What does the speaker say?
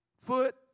Foot